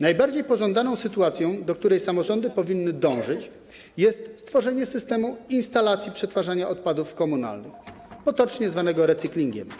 Najbardziej pożądaną sytuacją, do której samorządy powinny dążyć, jest stworzenie systemu instalacji przetwarzania odpadów komunalnych, potocznie zwanego recyklingiem.